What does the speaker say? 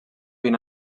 vint